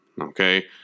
okay